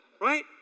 Right